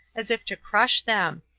as if to crush them.